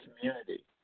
community